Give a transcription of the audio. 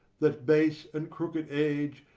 that base and crooked age,